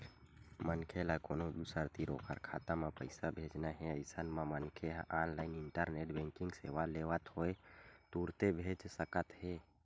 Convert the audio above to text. मनखे ल कोनो दूसर तीर ओखर खाता म पइसा भेजना हे अइसन म मनखे ह ऑनलाइन इंटरनेट बेंकिंग सेवा लेवत होय तुरते भेज सकत हे